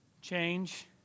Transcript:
Change